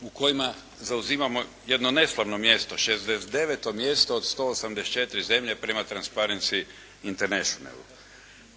u kojima zauzimamo jedno nestvarno mjesto, 69. mjesto od 184 zemlje prema Transparency Internationalu.